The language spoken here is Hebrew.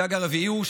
הסייג הרביעי הוא,